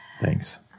Thanks